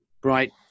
bright